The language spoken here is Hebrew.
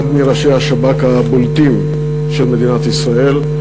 אחד מראשי השב"כ הבולטים של מדינת ישראל,